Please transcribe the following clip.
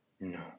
no